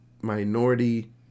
minority